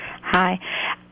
Hi